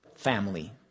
Family